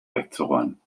wegzuräumen